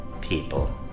People